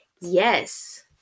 Yes